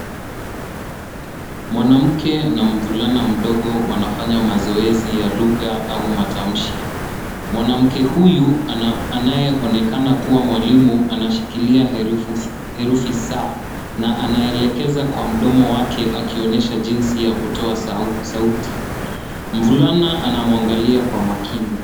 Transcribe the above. Mwanamke na mvulana mdogo wanafanya mazoezi ya lugha au matamshi. Mwanamke huyu, anayeonekana kuwa mwalimu, anashikilia herufi saa na anaelekeza kwa mdomo wake akionyesha jinsi ya kutoa sauti. Mvulana anamwangalia kwa makini.